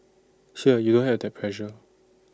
here you don't have that pressure